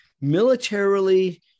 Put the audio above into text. militarily